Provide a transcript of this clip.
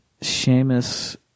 Seamus